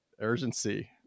urgency